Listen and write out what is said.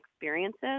experiences